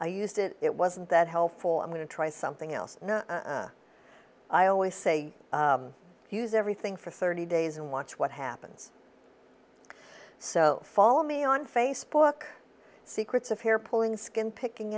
i used it it wasn't that helpful i'm going to try something else i always say use everything for thirty days and watch what happens so follow me on facebook secrets of hair pulling skin picking